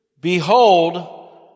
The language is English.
Behold